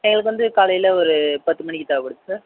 sir எங்களுக்கு வந்து காலையில் ஒரு பத்து மணிக்கு தேவைப்படுது சார்